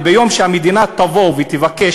וביום שהמדינה תבוא ותבקש,